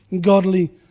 godly